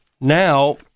Now